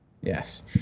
yes